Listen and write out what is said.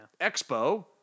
expo